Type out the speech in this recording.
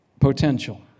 potential